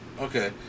Okay